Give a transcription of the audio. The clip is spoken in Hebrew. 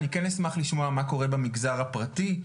אני כן אשמח לשמוע מה קורה במגזר הפרטי,